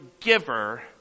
giver